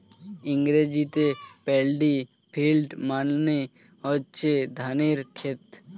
ইংরেজিতে paddy field মানে হচ্ছে ধানের ক্ষেত